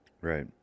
Right